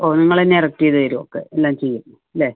ഓ നിങ്ങൾ തന്നെ ഇറക്കി ചെയ്തു തരുമോ ഒക്കെ എല്ലാം ചെയ്യും അല്ലേ